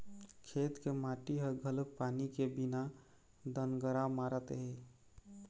खेत के माटी ह घलोक पानी के बिना दनगरा मारत हे